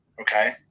Okay